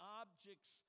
objects